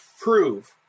prove